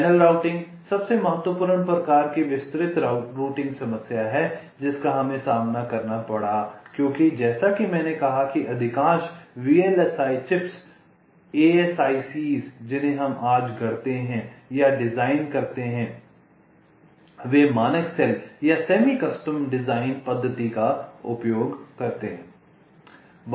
channel routing सबसे महत्वपूर्ण प्रकार की विस्तृत रूटिंग समस्या है जिसका हमें सामना करना पड़ा क्योंकि जैसा कि मैंने कहा कि अधिकांश वीएलएसआई चिप्स ASICs जिन्हें हम आज गढ़ते हैं या डिज़ाइन करते हैं वे मानक सेल या सेमी कस्टम डिजाइन पद्धति का उपयोग करते हैं